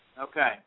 Okay